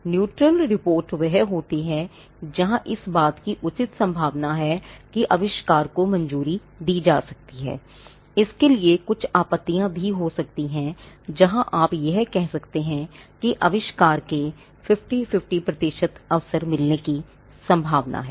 neutral report वह होती है जहाँ इस बात की उचित संभावना है कि आविष्कार को मंजूरी दी जा सकती है इसके लिए कुछ आपत्तियाँ भी हो सकती हैं जहाँ आप यह कह सकते हैं कि आविष्कार के 50 50 प्रतिशत अवसर मिलने की संभावना है